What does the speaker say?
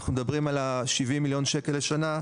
אנחנו מדברים על ה-70 מיליון ₪ לשנה,